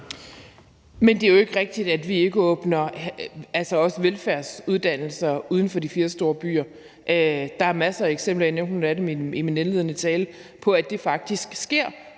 Men det er jo ikke rigtigt, at vi ikke også åbner velfærdsuddannelser uden for de fire store byer. Der er masser af eksempler – jeg nævnte nogle af dem i min indledende tale – på, at det faktisk sker.